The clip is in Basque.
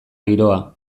giroa